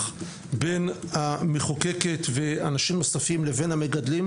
בין המחוקקת ואנשים נוספים לבין המגדלים,